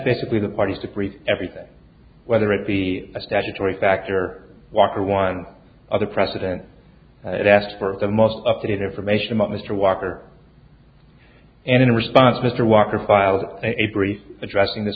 basically the parties to create everything whether it be a statutory factor walker one of the precedents it asks for the most up to date information about mr walker and in response mr walker filed a brief addressing the